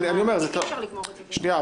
אי-אפשר לגמור את זה ביום אחד.